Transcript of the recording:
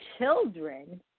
children